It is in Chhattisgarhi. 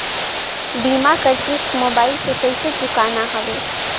बीमा कर किस्त मोबाइल से कइसे चुकाना हवे